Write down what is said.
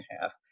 half